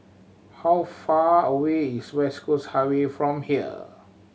how far away is West Coast Highway from here